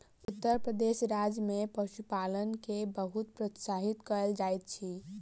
उत्तर प्रदेश राज्य में पशुपालन के बहुत प्रोत्साहित कयल जाइत अछि